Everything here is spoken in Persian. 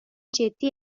جدی